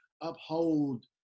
uphold